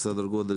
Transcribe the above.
סדר גודל